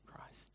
Christ